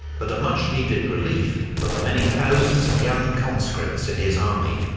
but a much-needed relief for the many thousands of young conscripts in his army,